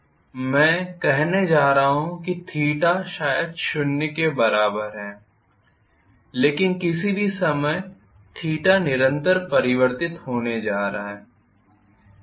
मैं कहने जा रहा हूँ थीटा शायद शून्य के बराबर है लेकिन किसी भी समय थीटा निरंतर परिवर्तन होने जा रहा है